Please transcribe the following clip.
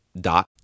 dot